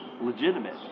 legitimate